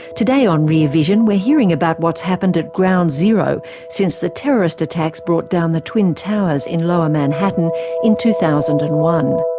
today on rear vision we're hearing about what's happened at ground zero since the terrorist attacks brought down the twin towers in lower manhattan in two thousand and one.